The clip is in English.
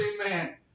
amen